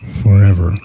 forever